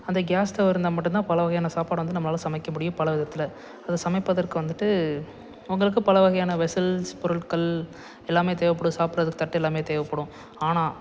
அந்த gas stove இருந்தால் மட்டும்தான் பல வகையான சாப்பாடை வந்து நம்மளால் சமைக்க முடியும் பல விதத்தில் அது சமைப்பதற்கு வந்துட்டு உங்களுக்கும் பல வகையான வெஸல்ஸ் பொருட்கள் எல்லாமே தேவைப்படும் சாப்பிட்றதுக்கு தட்டு எல்லாமே தேவைப்படும் ஆனால்